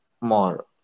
more